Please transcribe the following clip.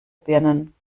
birnen